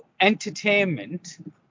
Entertainment